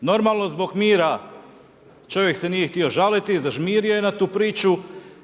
Normalno zbog mira čovjek se nije htio žaliti i zažmirio je na tu priču